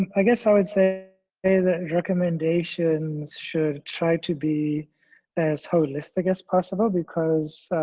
i guess i would say say that recommendations should try to be as holistic as possible because